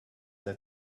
that